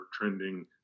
trending